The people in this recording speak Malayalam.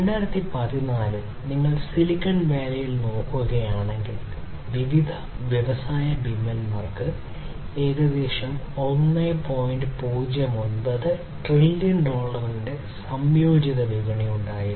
2014 ൽ നിങ്ങൾ സിലിക്കൺ വാലിയിൽ സംയോജിത വിപണി ഉണ്ടായിരുന്നു